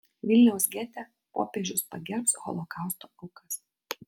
vilniaus gete popiežius pagerbs holokausto aukas